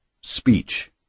speech